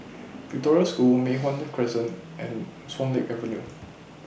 Victoria School Mei Hwan Crescent and Swan Lake Avenue